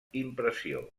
impressió